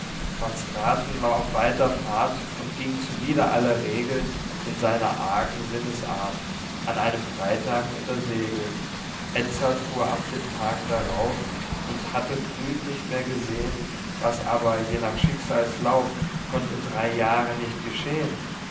straten war auf weiter fahrt und ging zuwider aller regel in seiner argen sinnesart an einem freitag unter segel edzard fuhr ab den tag darauf und hatte früd nicht mehr gesehen was aber je nach schicksals lauf konnt in drei jahren nicht geschehen